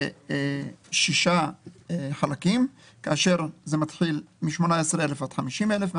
ל-6 חלקים כאשר זה מתחיל מ-18 אלף עד 50 אלף,